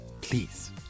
Please